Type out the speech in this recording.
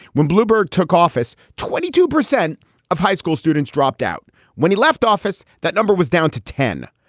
when bloomberg took office, twenty two percent of high school students dropped out when he left office. that number was down to ten.